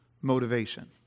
motivation